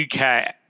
UK